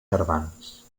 tardans